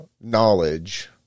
knowledge